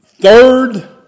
Third